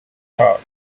thought